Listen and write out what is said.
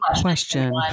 question